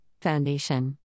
Foundation